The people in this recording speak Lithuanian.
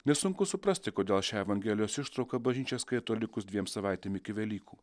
nesunku suprasti kodėl šią evangelijos ištrauką bažnyčia skaito likus dviem savaitėm iki velykų